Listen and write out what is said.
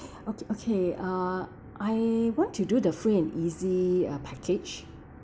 okay okay uh I want to do the free and easy uh package